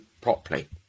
properly